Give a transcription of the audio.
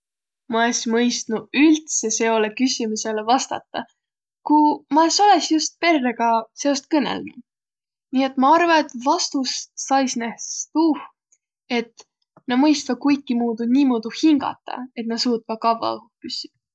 Ma es mõistnuq üldse seolõ küsümüsele vastataq, ku ma es olõs just perrega seost kõnõlnuq. Nii et ma arva, et vastus saisnõs tuuh, et nä mõistvaq kuigimuudu niimuudu hingata, et nä suutvaq kavva õhuh püssüq.